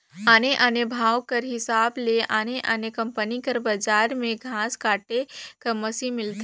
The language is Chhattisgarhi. आने आने भाव कर हिसाब ले आने आने कंपनी कर बजार में घांस काटे कर मसीन मिलथे